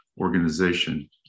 organization